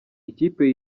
ikipe